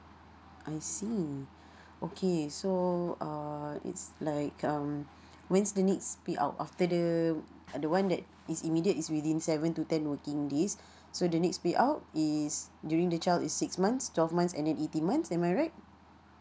I see okay so uh it's like um when's the next pay out after the the one that is immediate is within seven to ten working days so the next pay out is during the child is six months twelve months and then eighteen months am I right